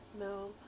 No